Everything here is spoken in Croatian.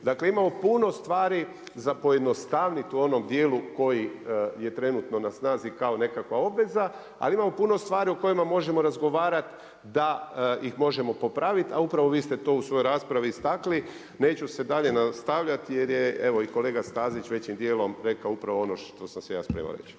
Dakle, imamo puno stvari za pojednostaviti u onom dijelu koji je na trenutno na snazi kao nekakva obveza, ali imamo puno stvari o kojima možemo razgovarati, da ih možemo popraviti, a upravo vi ste to u svojoj raspravi istakli. Neću se dalje nastavljati, jer je i, evo kolega Stazić većim dijelom rekao upravo ono što sam se ja spremao reći.